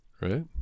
right